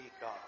God